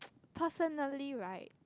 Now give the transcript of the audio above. personally right